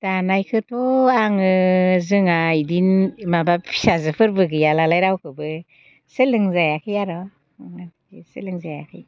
दानायखौथ' आङो जोंहा बिदिनो माबा फिसाजोफोरबो गैया नालाय रावखौबो सोलोंजायाखै आरो सोलों जायाखै